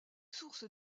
sources